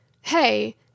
Hey